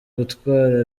gutwara